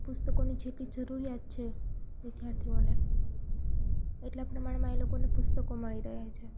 પુસ્તકોની જેટલી જરૂરિયાત છે વિદ્યાર્થીઓને એટલાં પ્રમાણમાં એ લોકોને પુસ્તકો મળી રહે છે